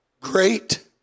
great